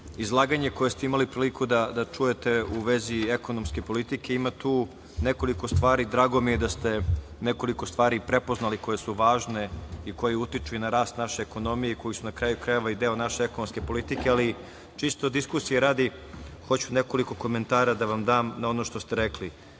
izlaganje koje ste imali priliku da čujete u vezi ekonomske politike. Ima tu nekoliko stvari, drago mi je da ste ih prepoznali, koje su važne i koje utiču i na rast naše ekonomije i koje su, na kraju krajeva, i deo naše ekonomske politike, ali, čisto diskusije radi, hoću nekoliko komentara da vam dam na ono što ste rekli. Kada